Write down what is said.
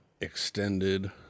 extended